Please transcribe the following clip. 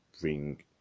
bring